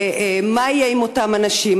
מה יהיה עם אותם אנשים?